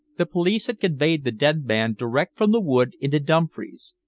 the police had conveyed the dead man direct from the wood into dumfries.